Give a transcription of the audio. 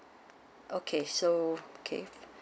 okay so okay